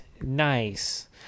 Nice